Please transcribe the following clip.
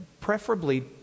preferably